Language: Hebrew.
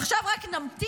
ועכשיו רק נמתין,